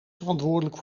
verantwoordelijk